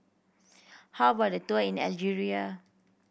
how about a tour in Algeria